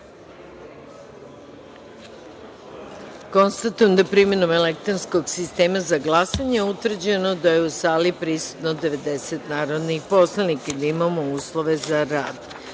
da je primenom elektronskog sistema za glasanje utvrđeno da je u sali prisutno 90 narodnih poslanika i da imamo uslove za